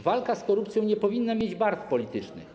Walka z korupcją nie powinna mieć barw politycznych.